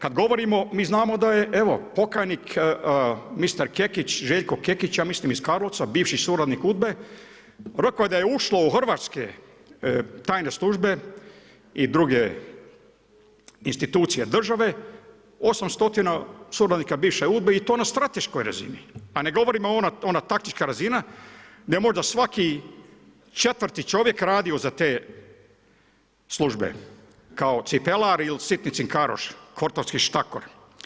Kad govorimo, mi znamo da je, evo, pokajnik Mr. Kekić, Željko Kekić, ja mislim iz Karlovca, bivši suradnik UDBA-e, rekao da je ušlo u hrvatske tajne službe i druge institucije države 800 suradnika bivše UDBA-e i to na strateškoj razini, a ne govorimo ona taktička razina, gdje je možda svaki četvrti čovjek radio za te službe kao cipelar ili sitni cinkaroš, kvartovski štakor.